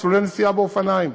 מסלולי נסיעה באופניים.